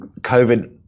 COVID